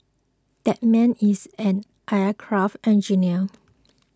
that man is an aircraft engineer